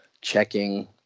checking